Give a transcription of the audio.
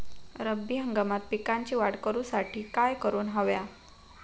रब्बी हंगामात पिकांची वाढ करूसाठी काय करून हव्या?